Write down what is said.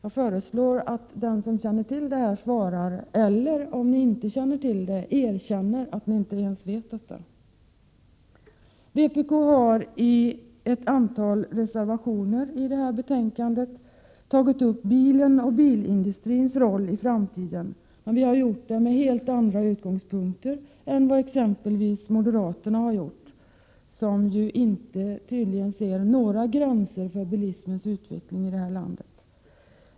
Jag föreslår att de som känner till detta svarar eller, om de inte känner till det, erkänner att de inte ens vet. Vpk har i ett antal reservationer till detta betänkande tagit upp bilen och bilindustrins roll i framtiden, men vi har gjort det med helt andra utgångspunkter än exempelvis moderaterna, som tydligen inte ser några gränser för bilismens utveckling i detta land.